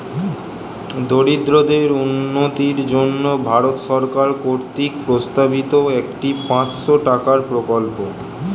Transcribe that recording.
দরিদ্রদের উন্নতির জন্য ভারত সরকার কর্তৃক প্রস্তাবিত একটি পাঁচশো টাকার প্রকল্প